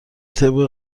طبق